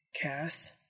Cass